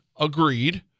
Agreed